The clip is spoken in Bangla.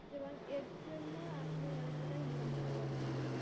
এবং এর জন্য আপনি অনেক টাকায় ইনকাম করতে পারবেন